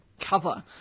cover